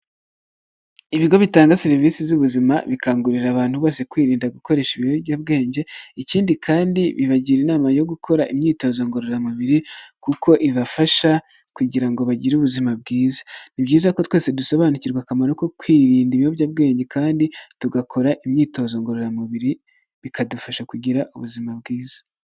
Ibigo bitanga serivisi z'ubuzima bikangurira abantu bose kwirinda gukoresha ibiyobyabwenge, ikindi kandi bibagira inama yo gukora imyitozo ngororamubiri kuko ibafasha kugira ngo bagire ubuzima bwiza. Ni byiza ko twese dusobanukirwa akamaro ko kwirinda ibiyobyabwenge kandi tugakora imyitozo ngororamubiri bikadufasha kugira ubuzima bwiza.